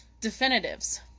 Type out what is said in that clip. definitives